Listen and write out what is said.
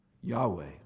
Yahweh